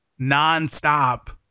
nonstop